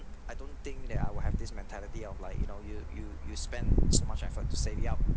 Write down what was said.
I don't think that I will have this mentality of like you know you you you spend so much effort to save yup